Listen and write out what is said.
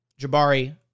Jabari